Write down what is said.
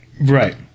Right